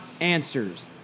answers